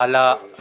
לא, הוא לא.